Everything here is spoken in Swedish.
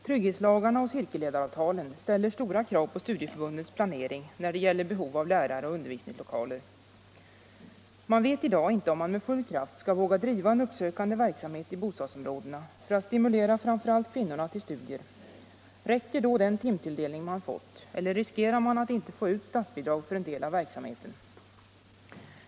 Trygghetslagarna och cirkelledaravtalen ställer stora krav på studieförbundens planering när det gäller behov av lärare och undervisningslokaler. Man vet i dag inte om man med full kraft skall våga driva en uppsökande verksamhet i bostadsområdena för att stimulera framför allt kvinnorna till studier. Räcker då den timtilldelning man har fått? Eller riskerar man att inte få ut statsbidrag för en del av verksamheten?